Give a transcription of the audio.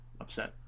upset